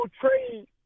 trade